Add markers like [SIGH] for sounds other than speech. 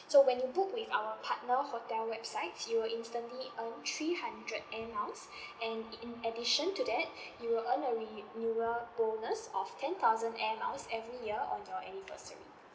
so when you book with our partner hotel websites you will instantly earn three hundred air miles [BREATH] and in additional to that [BREATH] you will earn a renewal bonus of ten thousand air miles every year on your anniversary